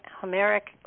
Homeric